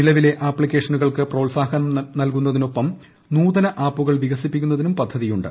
നിലവിലെ ആപ്പിക്കേഷനുകൾക്ക് പ്രോത്സാഹനം നൽകുന്നതിനൊപ്പം നൂതന ആപ്പുകൾ വികസിപ്പിക്കുന്നതിനും പദ്ധതിയുണ്ട്